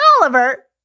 Oliver